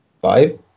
Five